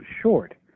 short